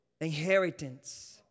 inheritance